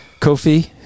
kofi